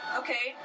okay